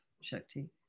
Shakti